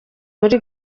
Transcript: buri